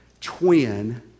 twin